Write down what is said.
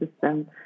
system